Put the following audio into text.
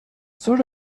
sort